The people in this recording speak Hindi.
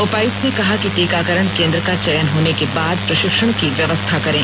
उपायुक्त ने कहा कि टीकाकरण केंद्र का चयन होने के बाद प्रशिक्षण की व्यवस्था करें